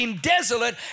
desolate